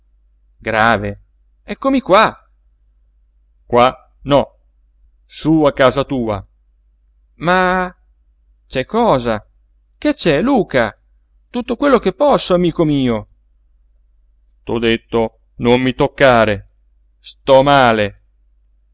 grave grave eccomi qua qua no sú a casa tua ma c'è cosa che c'è luca tutto quello che posso amico mio t'ho detto non mi toccare sto male